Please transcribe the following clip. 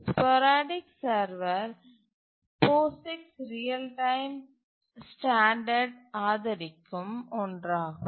sporadic server POSIX real time ஸ்டாண்டர்ட்ஐ ஆதரிக்கும் ஒன்றாகும்